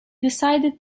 decided